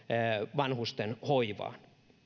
vanhustenhoivaan